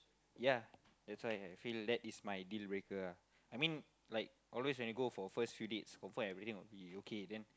ya that's why I feel like that is my deal breaker ah I mean like always when you go for first few dates confirm everything will be okay then